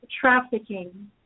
trafficking